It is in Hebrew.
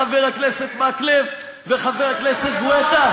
חבר הכנסת מקלב וחבר הכנסת גואטה?